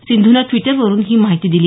सिंधूने द्वीटरवरून ही माहिती दिली